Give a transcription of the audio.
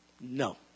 No